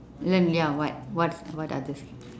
learn ya what what what other s~